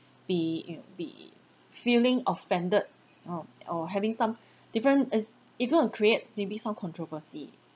be you know be feeling offended or or having some different as it go and create maybe some controversy